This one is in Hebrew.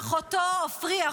שאחותו עופרי,